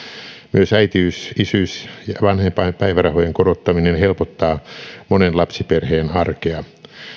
myös äitiys isyys ja ja vanhempainpäivärahojen korottaminen helpottaa monen lapsiperheen arkea